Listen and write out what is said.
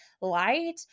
light